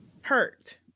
hurt